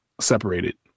separated